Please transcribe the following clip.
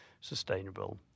sustainable